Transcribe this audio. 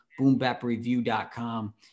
boombapreview.com